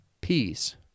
peace